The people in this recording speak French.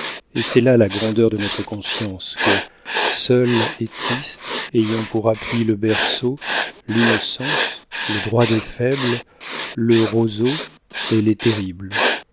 et c'est là la grandeur de notre conscience que seule et triste ayant pour appui le berceau l'innocence le droit des faibles le roseau elle est terrible